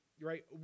right